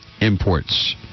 imports